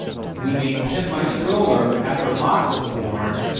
we made pimp my stroller after locke was born.